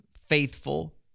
faithful